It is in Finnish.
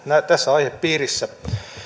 tässä aihepiirissä